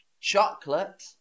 Chocolate